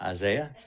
Isaiah